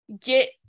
get